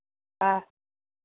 हा